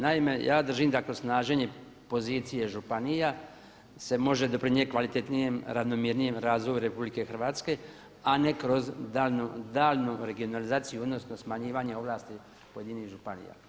Naime, ja držim da kroz snaženje pozicije županija se može doprinijeti kvalitetnijem, ravnomjernijem razvoju Republike Hrvatske, a ne kroz daljnju regionalizaciju, odnosno smanjivanje ovlasti pojedinih županija.